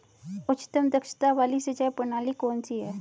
उच्चतम दक्षता वाली सिंचाई प्रणाली कौन सी है?